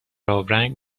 آبرنگ